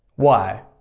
why,